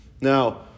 Now